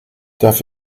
darf